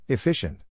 Efficient